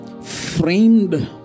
framed